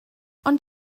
ond